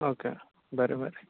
okay बरें बरें